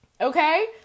Okay